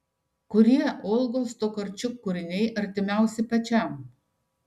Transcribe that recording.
kurie olgos tokarčuk kūriniai artimiausi pačiam